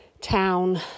town